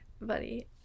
Buddy